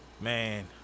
man